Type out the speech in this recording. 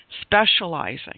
specializing